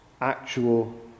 actual